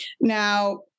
Now